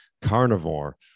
carnivore